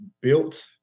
built